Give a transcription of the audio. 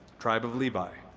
tribe of levi.